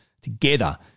Together